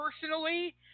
personally